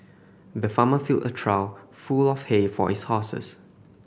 the farmer filled a trough full of hay for his horses